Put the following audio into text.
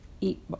eat